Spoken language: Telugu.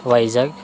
వైజాగ్